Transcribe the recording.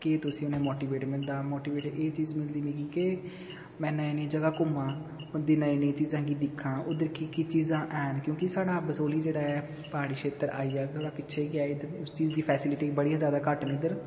कि तुस उ'नेंगी मोटीवेट मिलदा मोटीवेट एह् चीज मिलदी मिगी के में नई नई जगह् घूमां उं'दी नई नई चीजें गी दिक्खां उद्धर केह् केह् चीजां हैन क्योकि साढ़ा बसोली जेह्ड़ा ऐ प्हाड़ी क्षेत्र आई जंदा ऐ थोह्ड़ा पिच्छे गै ऐ उस चीज दी फेसीलिटी बड़ियां ज्यादा घट्ट ना इद्धर